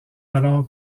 alors